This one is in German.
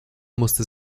musste